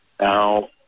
Now